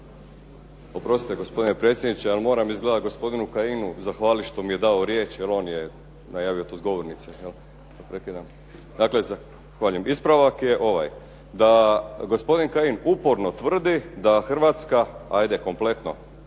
Oprostite gospodine predsjedniče, ja moram izgleda gospodinu Kajinu zahvaliti što mi je dao riječ jer on je to najavio sa govornice. Ispravak je ovaj, da gospodin Kajin uporno tvrdi da Hrvatska, hajde kompletno